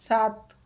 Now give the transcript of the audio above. سات